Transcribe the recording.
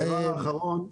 והדבר האחרון,